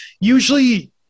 usually